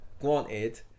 granted